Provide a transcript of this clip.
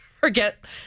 Forget